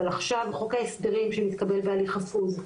אבל עכשיו חוק ההסדרים שמתקבל בהליך חפוז,